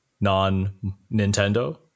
non-Nintendo